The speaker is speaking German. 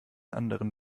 anderen